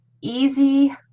easy